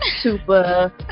super